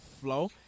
flow